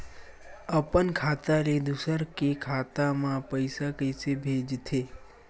अपन खाता ले दुसर के खाता मा पईसा कइसे भेजथे?